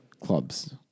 Clubs